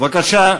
בבקשה,